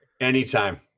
Anytime